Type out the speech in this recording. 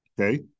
okay